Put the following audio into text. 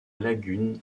lagune